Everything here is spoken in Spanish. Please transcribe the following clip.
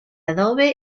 adobe